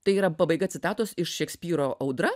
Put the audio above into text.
tai yra pabaiga citatos iš šekspyro audra